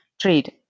trade